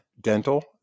Dental